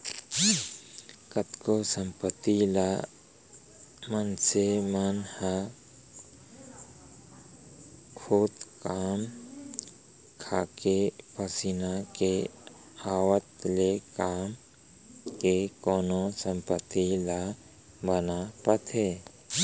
कतको संपत्ति ल मनसे मन ह खुद कमा खाके पसीना के आवत ले कमा के कोनो संपत्ति ला बना पाथे